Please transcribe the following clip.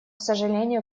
сожалению